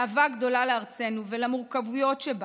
מאהבה גדולה לארצנו ולמורכבויות שבה,